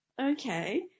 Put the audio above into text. okay